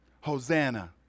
Hosanna